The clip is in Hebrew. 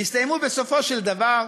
יסתיימו בסופו של דבר